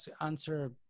answer